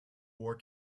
war